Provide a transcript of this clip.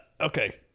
Okay